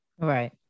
Right